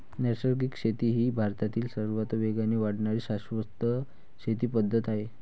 नैसर्गिक शेती ही भारतातील सर्वात वेगाने वाढणारी शाश्वत शेती पद्धत आहे